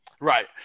Right